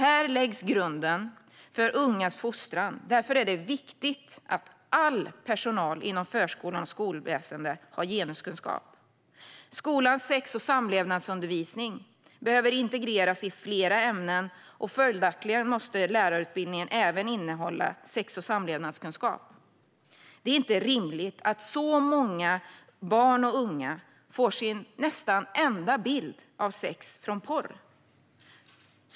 Här läggs grunden för ungas fostran, och därför är det viktigt att all personal inom förskola och skolväsen har genuskunskap. Skolans sex och samlevnadsundervisning behöver integreras i flera ämnen, och följaktningen måste lärarutbildningen även innehålla sex och samlevnadskunskap. Det är inte rimligt att så många barn och unga får sin nästan enda bild av sex från porr.